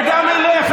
וגם אליך,